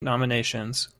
nominations